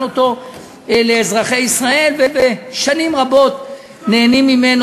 לאזרחי ישראל ושנים רבות נהנים ממנו,